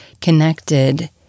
connected